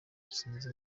sinzi